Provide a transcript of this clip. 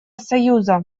союза